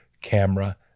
camera